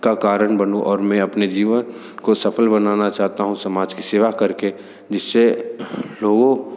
का कारण बनूँ और मैं अपने जीवन को सफल बनाना चाहता हूँ समाज की सेवा करके जिससे लोगों